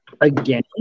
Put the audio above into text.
Again